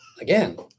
Again